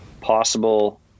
possible